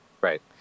Right